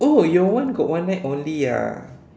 oh your one got one neck only ah